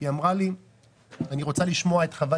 היא אמרה לי שהיא רוצה לשמוע את חוות